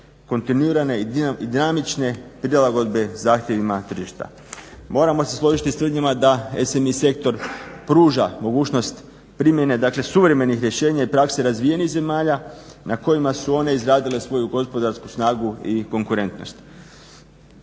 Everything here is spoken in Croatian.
kontinuirane i dinamične prilagodbe zahtjevima tržišta. Moramo se složiti s tvrdnjama da SMI sektor pruža mogućnost primjene, dakle suvremenih rješenja i prakse razvijenih zemalja na kojima su one izradile svoju gospodarsku snagu i konkurentnost.